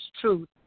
truth